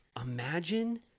imagine